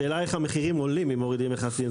השאלה איך המחירים עולים אם מורידים מכסים.